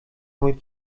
mój